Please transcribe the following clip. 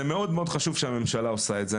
מאוד מאוד חשוב שהממשלה עושה את זה.